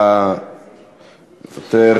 אתה מוותר,